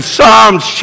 Psalms